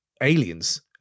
aliens